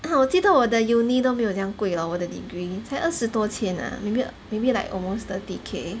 啊我记得我的 uni 都没有这样贵 lor 我的 degree 才二十多千 ah maybe maybe like almost thirty K